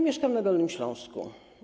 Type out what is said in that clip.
Mieszkam na Dolnym Śląsku.